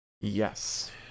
Yes